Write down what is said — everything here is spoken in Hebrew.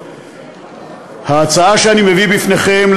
ההצעה שאני מביא בפניכם,